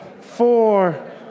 four